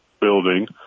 building